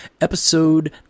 Episode